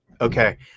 Okay